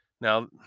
Now